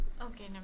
Okay